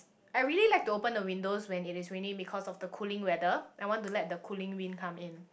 I really like to open the windows when it is raining because of the cooling weather I want to let the cooling wind come in